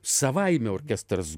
savaime orkestras